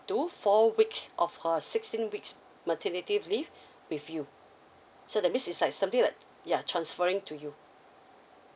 to four weeks of her sixteen weeks maternity leave with you so that means is like something like yeah transferring to you